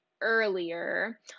earlier